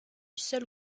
seul